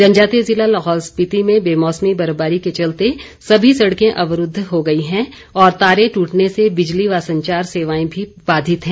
जनजातीय जिला लाहौल स्पीति में हो रही बेमौसमी बर्फबारी के चलते सभी सड़कें अवरूद्व हो गई हैं और तारें टूटने से बिजली तथा संचार सेवाएं भी बाधित हैं